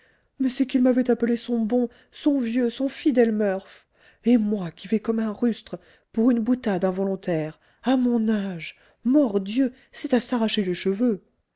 mais c'est qu'il m'avait appelé son bon son vieux son fidèle murph et moi qui vais comme un rustre pour une boutade involontaire à mon âge mordieu c'est à s'arracher les cheveux